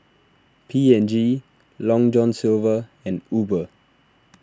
P and G Long John Silver and Uber